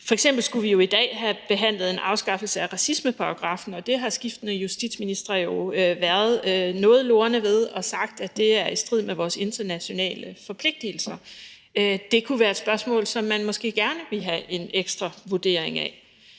skulle vi jo i dag have behandlet en afskaffelse af racismeparagraffen, og det har skiftende justitsministre været noget lorne ved og sagt er i strid med vores internationale forpligtelser. Det kunne være et spørgsmål, som man måske gerne ville have en ekstra vurdering af.